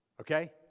okay